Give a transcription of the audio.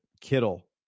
Kittle